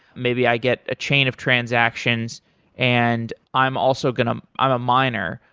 maybe i get a chain of transactions and i'm also going to i'm a miner,